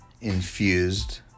infused